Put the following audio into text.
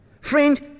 Friend